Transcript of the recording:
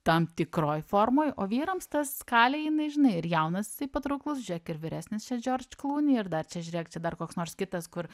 tam tikroj formoj o vyrams ta skalė jinai žinai ir jaunas jisai patrauklus žiūrėk ir vyresnis čia džordž kluni ir dar čia žiūrėk čia dar koks nors kitas kur